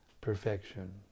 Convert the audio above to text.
perfection